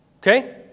Okay